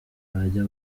bajya